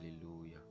Hallelujah